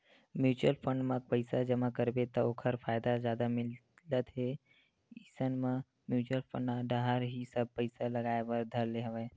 mutual fund म पइसा जमा करबे त ओखर फायदा जादा मिलत हे इसन म म्युचुअल फंड डाहर ही सब पइसा लगाय बर धर ले हवया